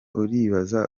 uribaza